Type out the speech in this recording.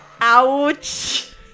Ouch